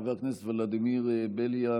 חבר הכנסת ולדימיר בליאק,